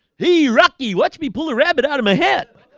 here ucky watch me pull a rabbit out of my head